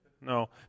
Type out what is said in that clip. No